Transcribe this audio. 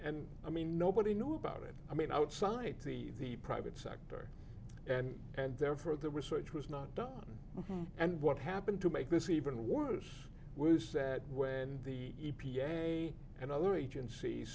and i mean nobody knew about it i mean outside the the private sector and and therefore the research was not done and what happened to make this even worse was that when the e p a and other agencies